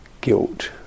guilt